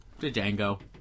Django